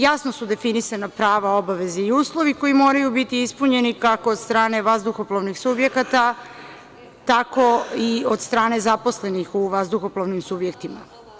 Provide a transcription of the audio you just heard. Jasno su definisana prava, obaveze i uslovi koji moraju biti ispunjeni kako od strane vazduhoplovnih subjekata, tako i od strane zaposlenih u vazduhoplovnim subjektima.